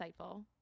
insightful